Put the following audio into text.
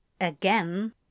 again